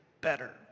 better